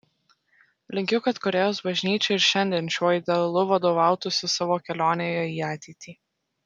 linkiu kad korėjos bažnyčia ir šiandien šiuo idealu vadovautųsi savo kelionėje į ateitį